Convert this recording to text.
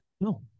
No